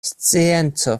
scienco